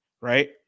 right